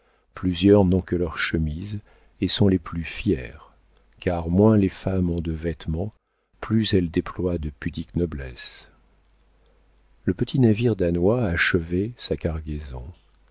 plusieurs n'ont que leurs chemises et sont les plus fières car moins les femmes ont de vêtements plus elles déploient de pudiques noblesses le petit navire danois achevait sa cargaison